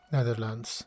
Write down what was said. Netherlands